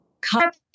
cut